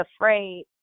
afraid